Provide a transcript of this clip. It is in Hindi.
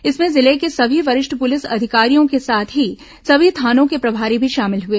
इसमें जिले के सभी वरिष्ठ पुलिस अधिकारियों के साथ ही सभी थानों के प्रभारी भी शामिल हुए